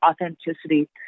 authenticity